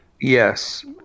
yes